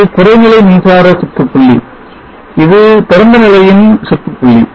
இது குறைநிலை மின்சுற்று புள்ளி இது திறந்தநிலைமின்சுற்றுப்புள்ளி